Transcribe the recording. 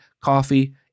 coffee